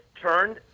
turned